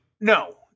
No